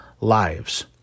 lives